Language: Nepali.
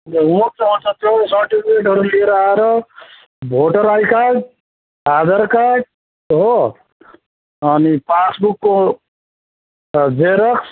त्यो सर्टिफिकेटहरू लिएर आएर voter I card Aadhaar card हो अनि पासबुकको जेरक्स